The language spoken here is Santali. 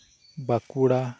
ᱵᱟᱠᱩᱲᱟ